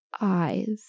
eyes